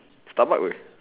Starbucks will